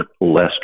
less